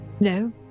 No